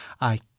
I